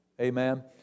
Amen